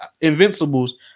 Invincibles